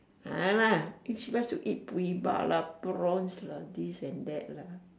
nevermind ah she likes to eat lah prawns lah this and that lah